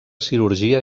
cirurgia